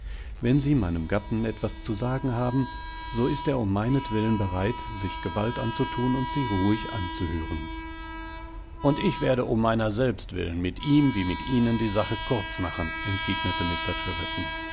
wenn sie meinem gatten etwas zu sagen haben so ist er um meinetwillenbereit sichgewaltanzutunundsieruhiganzuhören und ich werde um meiner selbst willen mit ihm wie mit ihnen die sache kurz machen entgegnete